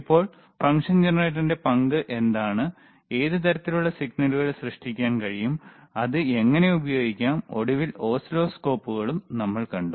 അപ്പോൾ ഫംഗ്ഷൻ ജനറേറ്ററിന്റെ പങ്ക് എന്താണ് ഏത് തരത്തിലുള്ള സിഗ്നലുകൾ സൃഷ്ടിക്കാൻ കഴിയും അത് എങ്ങനെ ഉപയോഗിക്കാം ഒടുവിൽ ഓസിലോസ്കോപ്പുകളും നമ്മൾ കണ്ടു